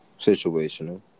Situational